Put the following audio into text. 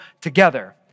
together